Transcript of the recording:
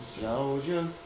Georgia